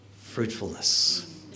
fruitfulness